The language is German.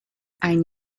ein